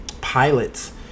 pilots